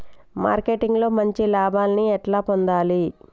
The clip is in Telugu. మార్కెటింగ్ లో మంచి లాభాల్ని ఎట్లా పొందాలి?